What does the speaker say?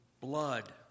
blood